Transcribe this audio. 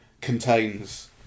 contains